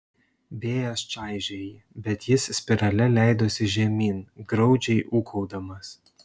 vėjas čaižė jį bet jis spirale leidosi žemyn graudžiai ūkaudamas